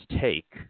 take